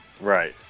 Right